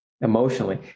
emotionally